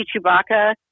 Chewbacca